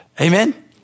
Amen